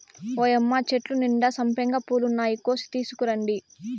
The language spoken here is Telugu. ఓయ్యమ్మ చెట్టు నిండా సంపెంగ పూలున్నాయి, కోసి తీసుకురండి